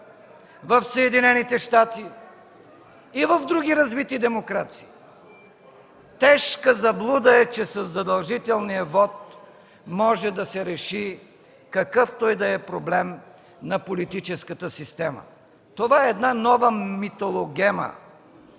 в Съединените щати и в други развити демокрации. Тежка заблуда е, че със задължителния вот може да се реши какъвто и да е проблем на политическата система. Това е една нова митологема.